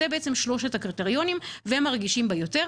אלה בעצם שלושת הקריטריונים והם הרגישים ביותר.